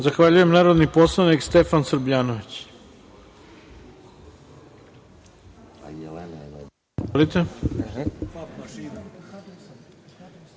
Zahvaljujem. Narodni poslanik Stefan Srbljanović.